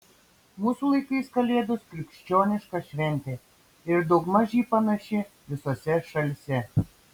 mūsų laikais kalėdos krikščioniška šventė ir daugmaž ji panaši visose šalyse